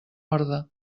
orde